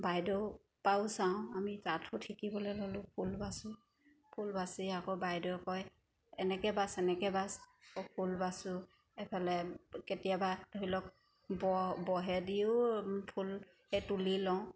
বাইদেউৰপৰাও চাওঁ আমি তাঁত সুত শিকিবলৈ ল'লোঁ ফুল বাচোঁ ফুল বাচি আকৌ বাইদেৱে কয় এনেকৈ বাচ এনেকৈ বাচ আকৌ ফুল বাচোঁ এফালে কেতিয়াবা ধৰি লওক ব' বহেদিও ফুল সেই তুলি লওঁ